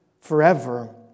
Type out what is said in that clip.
forever